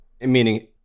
Meaning